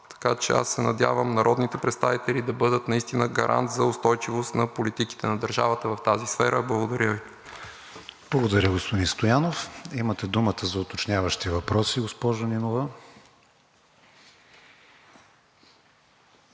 Така че се надявам народните представители да бъдат наистина гарант за устойчивост на политиките на държавата в тази сфера. Благодаря Ви. ПРЕДСЕДАТЕЛ КРИСТИАН ВИГЕНИН: Благодаря Ви, господин Стоянов. Имате думата за уточняващи въпроси, госпожо Нинова.